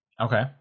Okay